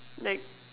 like